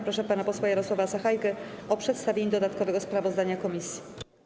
Proszę pana posła Jarosława Sachajkę o przedstawienie dodatkowego sprawozdania komisji.